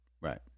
Right